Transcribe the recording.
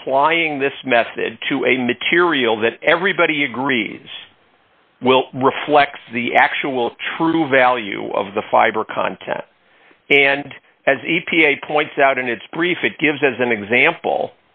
applying this method to a material that everybody agrees will reflect the actual true value of the fiber content and as e p a points out in its brief it gives as an example